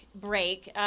break